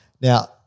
Now